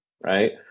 Right